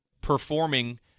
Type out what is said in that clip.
performing